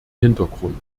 hintergrund